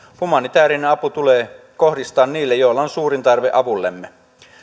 humanitäärinen apu tulee kohdistaa niille joilla on suurin tarve avullemme